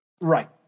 Right